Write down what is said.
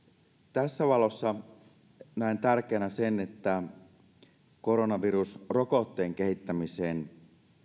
tässä valossa näen tärkeänä sen että koronavirusrokotteen kehittämiseen